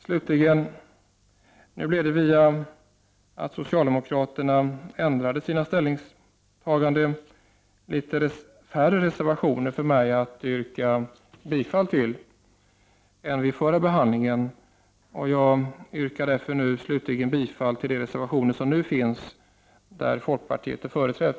Slutligen, nu blev det via socialdemokraternas ställningstagande litet färre reservationer för mig att yrka bifall till än vid den förra behandlingen. Jag yrkar därför bifall till de reservationer som nu finns där folkpartiet är företrätt.